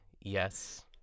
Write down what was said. Yes